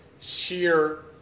sheer